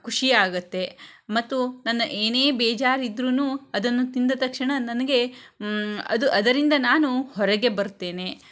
ಖುಷಿಯಾಗುತ್ತೆ ಮತ್ತು ನನ್ನ ಏನೇ ಬೇಜಾರು ಇದ್ರೂ ಅದನ್ನು ತಿಂದ ತಕ್ಷಣ ನನಗೆ ಅದು ಅದರಿಂದ ನಾನು ಹೊರಗೆ ಬರ್ತೇನೆ